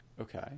Okay